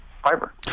fiber